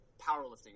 powerlifting